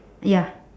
ya